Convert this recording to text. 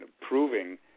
proving